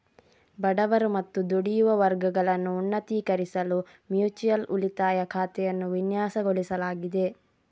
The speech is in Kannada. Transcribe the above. ಬಡವರು ಮತ್ತು ದುಡಿಯುವ ವರ್ಗಗಳನ್ನು ಉನ್ನತೀಕರಿಸಲು ಮ್ಯೂಚುಯಲ್ ಉಳಿತಾಯ ಖಾತೆಯನ್ನು ವಿನ್ಯಾಸಗೊಳಿಸಲಾಗಿದೆ